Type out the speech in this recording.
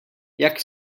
jak